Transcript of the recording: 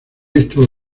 estuvo